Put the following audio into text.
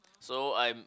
so I'm